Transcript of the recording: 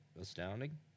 astounding